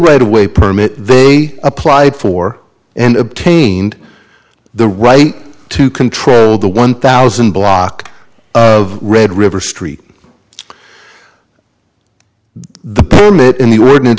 right of way permit they applied for and obtained the right to control the one thousand block of red river street the permit in the ordinance